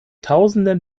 tausenden